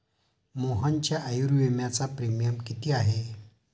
मोहनच्या आयुर्विम्याचा प्रीमियम किती आहे?